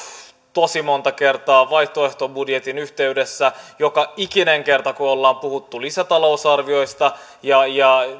tosi monta kertaa vaihtoehtobudjetin yhteydessä joka ikinen kerta kun ollaan puhuttu lisätalousarvioista ja ja